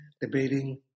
debating